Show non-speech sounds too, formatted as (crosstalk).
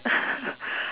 (laughs)